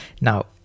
Now